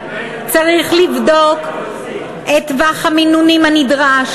צריך לבדוק את טווח המינונים הנדרש,